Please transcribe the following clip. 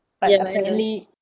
ya lah ya lah